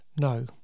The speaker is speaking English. No